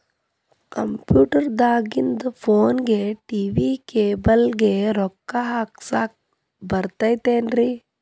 Computer ದಾಗಿಂದ್ ಫೋನ್ಗೆ, TV cable ಗೆ, ರೊಕ್ಕಾ ಹಾಕಸಾಕ್ ಬರತೈತೇನ್ರೇ?